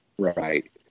Right